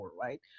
right